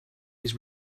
his